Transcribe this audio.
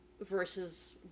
versus